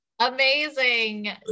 Amazing